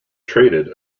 traded